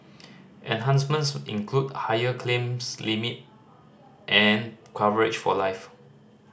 enhancements include higher claims limit and coverage for life